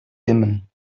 dimmen